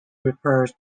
refers